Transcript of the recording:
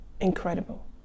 Incredible